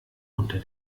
unter